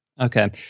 Okay